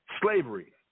Slavery